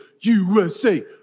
USA